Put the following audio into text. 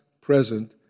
present